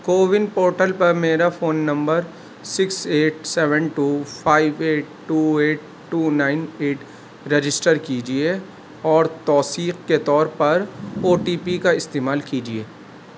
CoWIN portal پر میرا phone number six eight seven two five eight two eight two nine eight register کیجیے اور توثیق کے طور پر او ٹی پی کا استعمال کیجیے